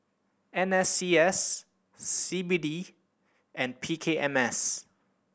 N S C S C B D and P K M S